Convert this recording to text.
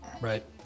Right